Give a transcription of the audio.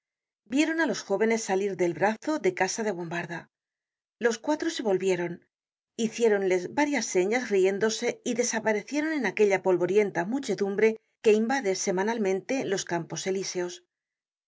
vieron á los jóvenes salir del brazo de casa de bombarda los cuatro se volvieron hiciéronles varias señas riéndose y desaparecieron en aquella polvorienta muchedumbre que invade semanalmente los campos elíseos